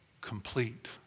complete